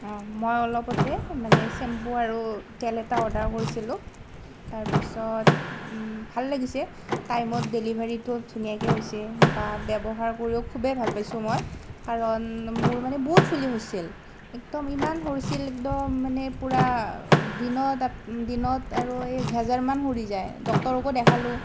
মই অলপতে মানে ছেম্পু আৰু তেল এটা অৰ্ডাৰ কৰিছিলোঁ তাৰপিছত ভাল লাগিছে টাইমত ডেলিভাৰীটোও ধুনীয়াকে হৈছে বা ব্যৱহাৰ কৰিও খুবেই ভাল পাইছোঁ মই কাৰণ মোৰ মানে বহুত চুলি সৰিছিল একদম ইমান সৰিছিল একদম মানে পূৰা দিনত আৰু এক হেজাৰ মান সৰি যায় ডাক্তৰকো দেখালোঁ